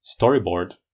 storyboard